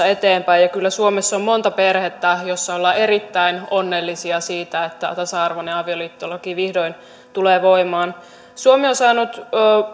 eteenpäin kyllä suomessa on monta perhettä joissa ollaan erittäin onnellisia siitä että tasa arvoinen avioliittolaki vihdoin tulee voimaan suomi on saanut